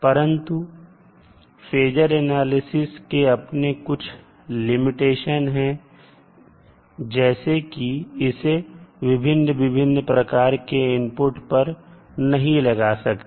परंतु phasor analysis के अपने कुछ लिमिटेशन हैं जैसे कि इसे विभिन्न विभिन्न प्रकार के इनपुट पर नहीं लगा सकते